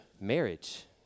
marriage